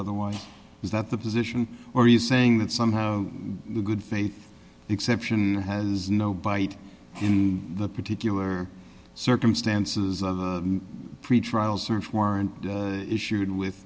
otherwise is that the position or are you saying that somehow good faith exception has no bite in the particular circumstances of the pretrial search warrant issued with